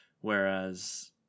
Whereas